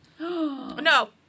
No